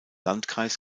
landkreis